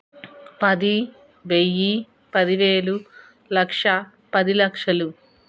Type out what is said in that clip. పది వెయ్యి పదివేలు లక్ష పది లక్షలు